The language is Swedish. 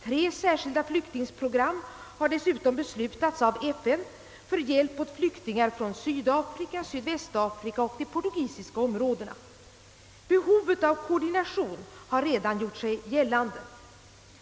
Tre särskilda flyktingprogram har dessutom beslutats av FN för hjälp åt flyktingar från Sydafrika, Sydvästafrika och de portugisiska områdena. Behovet av koordination har redan gjort sig gällande.